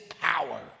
power